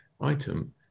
item